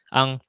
ang